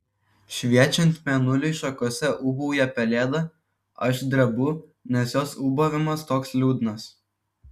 šviečiant mėnuliui šakose ūbauja pelėda aš drebu nes jos ūbavimas toks liūdnas